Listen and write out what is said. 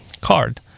card